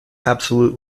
absolute